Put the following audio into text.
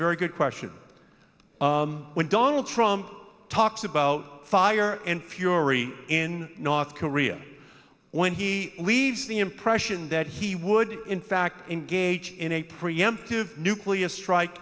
very good question when donald trump talks about fire and fury in north korea when he leaves the impression that he would in fact engage in a preemptive nuclear strike